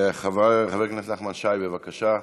חבר הכנסת נחמן שי, בבקשה.